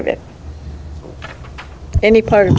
of it any part